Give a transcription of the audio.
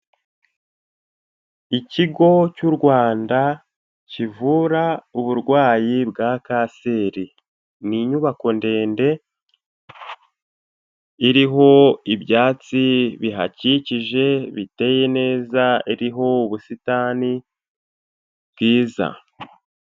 Ikigo cy'u Rwanda kivura uburwayi bwa kanseri. Ni inyubako ndende iriho ibyatsi bihakikije biteye neza, iriho ubusitani bwiza.